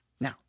Now